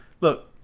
Look